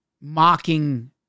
Mocking